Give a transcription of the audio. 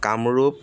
Kamrup